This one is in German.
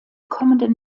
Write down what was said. kommenden